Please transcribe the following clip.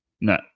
No